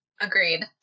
Agreed